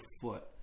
foot